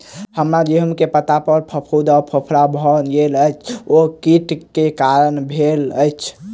हम्मर गेंहूँ केँ पत्ता पर फफूंद आ फफोला भऽ गेल अछि, ओ केँ कीट केँ कारण भेल अछि?